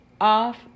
off